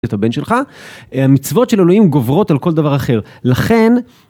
את הבן שלך, המצוות של אלוהים גוברות על כל דבר אחר, לכן...